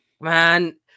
man